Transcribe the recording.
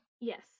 Yes